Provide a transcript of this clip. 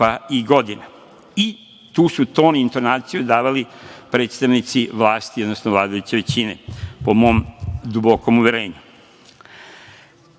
pa i godina. I tu su ton i intonaciju davali predstavnici vlasti, odnosno vladajuće većine, po mom dubokom uverenju. Zbog